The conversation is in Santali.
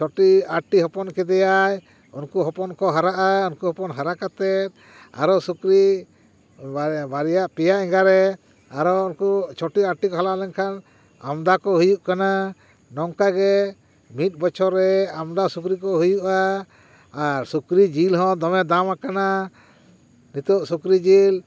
ᱪᱷᱚᱴᱤ ᱟᱴᱴᱤ ᱦᱚᱯᱚᱱ ᱠᱮᱫᱮᱭᱟᱭ ᱩᱱᱠᱩ ᱦᱚᱯᱚᱱ ᱠᱚ ᱦᱟᱨᱟᱜᱼᱟ ᱩᱱᱠᱩ ᱦᱚᱯᱚᱱ ᱠᱚ ᱦᱟᱨᱟ ᱠᱟᱛᱮᱫ ᱟᱨᱚ ᱥᱩᱠᱨᱤ ᱵᱟᱨ ᱵᱟᱨᱭᱟ ᱯᱮᱭᱟ ᱮᱸᱜᱟᱨᱮ ᱟᱨ ᱩᱱᱠᱩ ᱪᱷᱚᱴᱤ ᱟᱴᱴᱤ ᱠᱚ ᱦᱟᱨᱟ ᱞᱮᱱᱠᱷᱟᱱ ᱟᱢᱫᱟ ᱠᱚ ᱦᱩᱭᱩᱜ ᱠᱟᱱᱟ ᱱᱚᱝᱠᱟᱜᱮ ᱢᱤᱫ ᱵᱚᱪᱷᱚᱨ ᱨᱮ ᱟᱢᱫᱟ ᱥᱩᱠᱨᱤ ᱠᱚ ᱦᱩᱭᱩᱜᱼᱟ ᱟᱨ ᱥᱩᱠᱨᱤ ᱡᱤᱞ ᱦᱚᱸ ᱫᱚᱢᱮ ᱫᱟᱢ ᱟᱠᱟᱱᱟ ᱱᱤᱛᱳᱜ ᱥᱩᱠᱨᱤ ᱡᱤᱞ